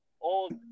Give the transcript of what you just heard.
old